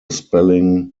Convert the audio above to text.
spelling